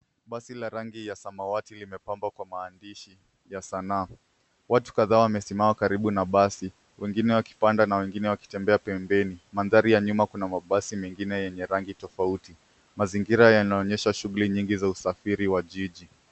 Basi la rangi ya samawati limepambwa kwa maandishi ya sanaa , watu kadhaa wamesimama karibu na basi. wengine wakipanda na wengine wakitembea pembeni. Madhari ya nyuma kuna mabasi mengine yenye rangi tofauti mazingira yanaonyesha shughuli nyingi za usafiri wa jiji.